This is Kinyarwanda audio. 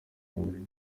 muri